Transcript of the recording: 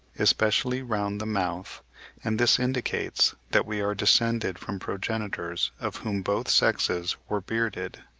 especially round the mouth and this indicates that we are descended from progenitors of whom both sexes were bearded.